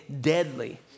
deadly